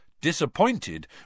Disappointed